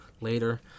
later